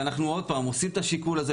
ואנחנו עוד פעם עושים את השיקול הזה,